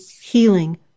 healing